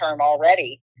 already